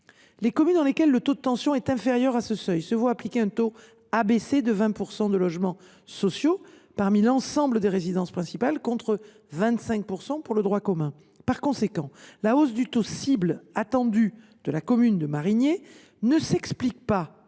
Les communes dans lesquelles le taux de tension est inférieur à ce seuil se voient appliquer un taux abaissé de 20 % de logements sociaux parmi l’ensemble des résidences principales, contre 25 % dans le droit commun. Par conséquent, la hausse du taux cible attendu de la commune de Marignier s’explique non